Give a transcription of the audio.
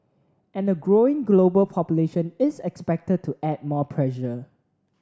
and a growing global population is expected to add more pressure